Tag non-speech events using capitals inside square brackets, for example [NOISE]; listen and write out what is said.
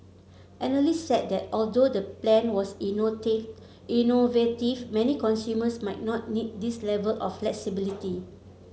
analysts said that although the plan was [UNINTELLIGIBLE] innovative many consumers might not need this level of flexibility